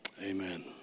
Amen